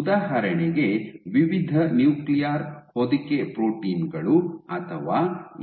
ಉದಾಹರಣೆಗೆ ವಿವಿಧ ನ್ಯೂಕ್ಲಿಯರ್ ಹೊದಿಕೆ ಪ್ರೋಟೀನ್ ಗಳು ಅಥವಾ